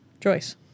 Joyce